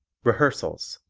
rehearsals